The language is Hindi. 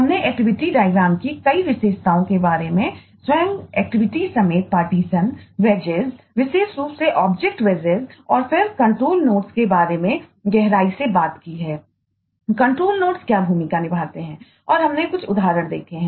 हमने एक्टिविटी डायग्राम क्या भूमिका निभाते हैं और हमने कुछ उदाहरण देखे हैं